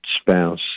spouse